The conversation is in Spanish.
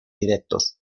directos